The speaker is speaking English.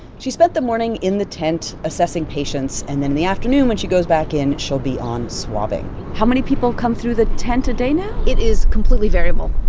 she spent the morning in the tent assessing patients. and then in the afternoon when she goes back in, she'll be on swabbing how many people come through the tent a day now? it is completely variable.